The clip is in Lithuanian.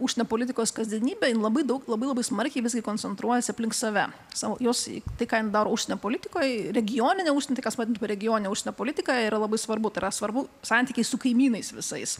užsienio politikos kasdienybę jin labai daug labai labai smarkiai visgi koncentruojasi aplink save savo juos į tai ką daro užsienio politikoje regioninę užs kas vadinama regionine užsienio politika yra labai svarbu tai yra svarbu santykiai su kaimynais visais